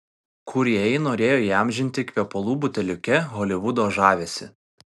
kūrėjai norėjo įamžinti kvepalų buteliuke holivudo žavesį